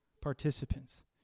participants